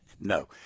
No